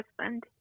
husband